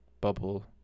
bubble